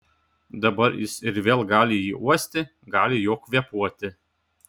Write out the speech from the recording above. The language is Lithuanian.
dabar jis ir vėl gali jį uosti gali juo kvėpuoti